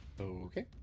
Okay